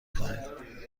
کنید